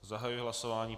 Zahajuji hlasování.